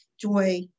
joy